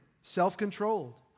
self-controlled